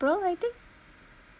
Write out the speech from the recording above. april I think